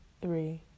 three